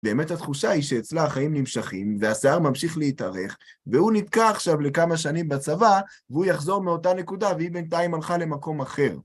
באמת התחושה היא שאצלה החיים נמשכים, והשיער ממשיך להתארך, והוא נתקע עכשיו לכמה שנים בצבא, והוא יחזור מאותה נקודה, והיא בינתיים הלכה למקום אחר.